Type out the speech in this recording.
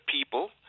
people